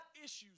issues